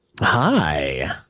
hi